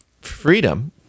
freedom